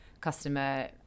customer